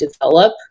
develop